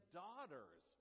daughters